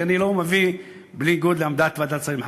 כי אני לא מביא בניגוד לעמדת ועדת שרים לחקיקה.